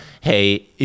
hey